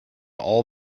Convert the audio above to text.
all